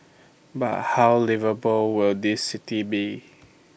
but how liveable will this city be